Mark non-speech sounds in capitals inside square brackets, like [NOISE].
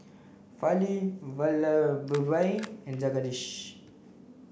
Fali [UNINTELLIGIBLE] and Jagadish